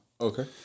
Okay